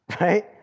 right